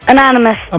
Anonymous